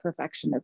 perfectionism